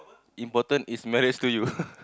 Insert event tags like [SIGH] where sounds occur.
important is marriage to you [LAUGHS]